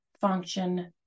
function